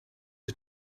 are